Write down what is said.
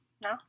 No